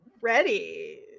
ready